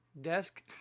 Desk